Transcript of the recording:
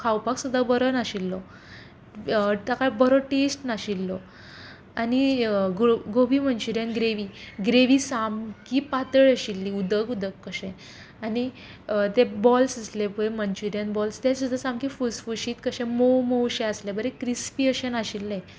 खावपाक सुद्दां बरो नाशिल्लो ताका बरो टेस्ट नाशिल्लो आनी गो गोबी मंच्युरीयन ग्रेवी ग्रेवी सामकी पातळ आशिल्ली उदक उदक कशें आनी ते बॉल्स आसले पळय मंच्युरीयन बॉल्स ते सुद्दां सामके फुसफुशीत कशे मोव मोव शे आसले बरें क्रिस्पी अशे नाशिल्ले